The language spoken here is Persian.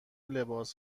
لباس